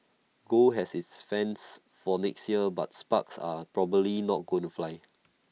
gold has its fans for next year but sparks are probably not going to fly